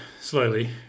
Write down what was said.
slowly